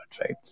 right